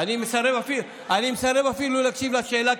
אני מסרב אפילו להקשיב לשאלה,